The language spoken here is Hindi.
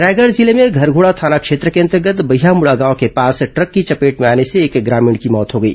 रायगढ़ जिले में घरघोड़ा थाना क्षेत्र के अंतर्गत बैहामुड़ा गांव के पास ट्रक की चपेट में आने से एक ग्रामीण की मौत हो गई